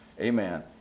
Amen